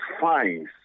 fines